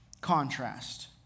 contrast